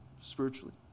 spiritually